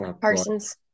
Parsons